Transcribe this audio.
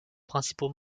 principaux